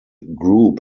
group